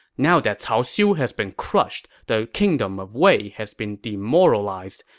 now that cao xiu has been crushed, the kingdom of wei has been demoralized.